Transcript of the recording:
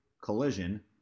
collision